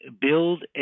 build